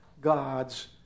God's